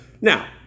Now